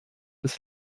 des